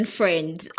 friends